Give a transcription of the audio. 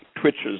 twitches